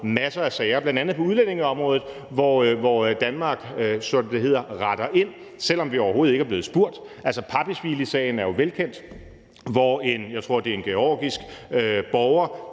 masser af sager, bl.a. på udlændingeområdet, hvor Danmark retter ind, som det hedder, selv om vi overhovedet ikke er blevet spurgt. Paposhvilisagen er jo velkendt, hvor en, jeg tror, det er en georgisk borger,